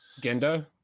gendo